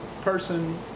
person